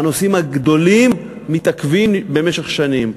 הנושאים הגדולים מתעכבים במשך שנים.